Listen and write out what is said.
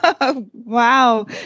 Wow